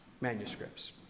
manuscripts